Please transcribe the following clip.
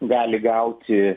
gali gauti